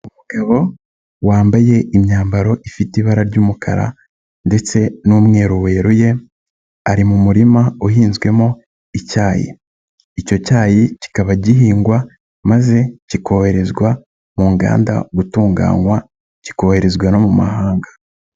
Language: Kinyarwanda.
Umugabo wambaye imyambaro ifite ibara ry'umukara ndetse n'umweru weruye, ari mu murima uhinzwemo icyayi, icyo cyayi kikaba gihingwa maze kikoherezwa mu nganda gutunganywa, kikoherezwa no mu mahanga.